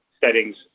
settings